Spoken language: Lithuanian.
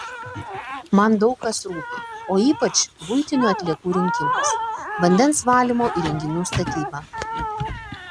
man daug kas rūpi o ypač buitinių atliekų rinkimas vandens valymo įrenginių statyba